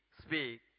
speak